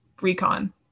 recon